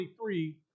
23